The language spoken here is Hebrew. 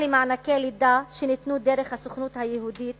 מענקי לידה שניתנו דרך הסוכנות היהודית